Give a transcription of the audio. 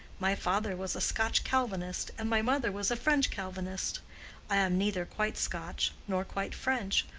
my father was a scotch calvinist and my mother was a french calvinist i am neither quite scotch, nor quite french,